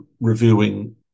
reviewing